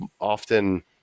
often